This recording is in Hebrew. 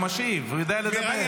הוא יודע לדבר.